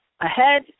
ahead